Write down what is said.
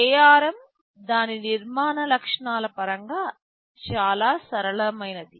ARM దాని నిర్మాణ లక్షణాల పరంగా చాలా సరళమైనది